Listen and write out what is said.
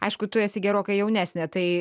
aišku tu esi gerokai jaunesnė tai